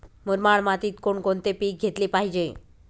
मुरमाड मातीत कोणकोणते पीक घेतले पाहिजे?